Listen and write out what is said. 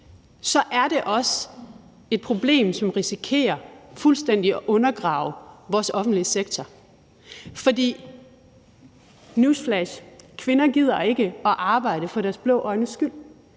det er også et problem, som risikerer fuldstændig at undergrave vores offentlige sektor. For – newsflash! – kvinder gider ikke arbejde for vores blå øjnes skyld.